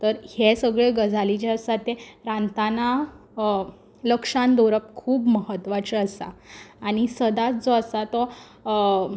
तर हें सगळें गजाली जें आसात तें रांदताना लक्षांत दवरप खूब म्हत्वाचें आसा आनी सदांच जो आसा तो